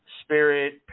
spirit